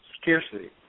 scarcity